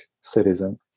citizen